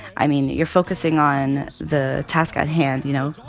i mean, you're focusing on the task at hand, you know,